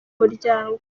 muryango